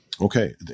Okay